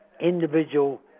individual